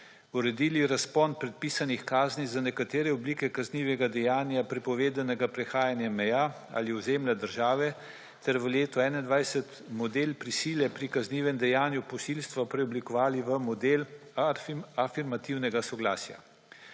uredili razpon predpisanih kazni za nekatere oblike kaznivega dejanja prepovedanega prehajanja meja ali ozemlja države ter v letu 2021 model prisile pri kaznivem dejanju posilstva preoblikovali v model afirmativnega soglasja.